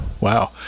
Wow